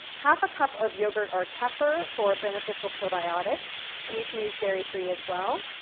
half a cup of yogurt or kefir for beneficial probiotics and you can use dairy free as well.